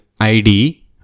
ID